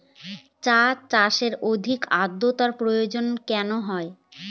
চা চাষে অধিক আদ্রর্তার প্রয়োজন কেন হয়?